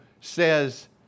says